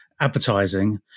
advertising